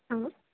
हं